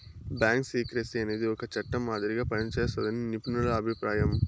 bank secrecy అనేది ఒక చట్టం మాదిరిగా పనిజేస్తాదని నిపుణుల అభిప్రాయం